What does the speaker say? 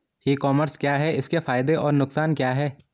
E commerce क्या है इसके फायदे और नुकसान क्या है?